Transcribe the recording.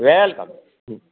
welcome હ